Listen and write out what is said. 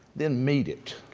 then meet it.